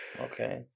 Okay